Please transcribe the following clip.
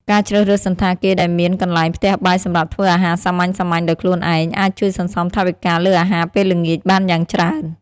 ការជ្រើសរើសសណ្ឋាគារដែលមានកន្លែងផ្ទះបាយសម្រាប់ធ្វើអាហារសាមញ្ញៗដោយខ្លួនឯង អាចជួយសន្សំថវិកាលើអាហារពេលល្ងាចបានយ៉ាងច្រើន។